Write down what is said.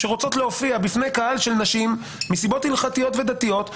שרוצות להופיע בפני קהל של נשים מסיבות הלכתיות ודתיות,